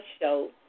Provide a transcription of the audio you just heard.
show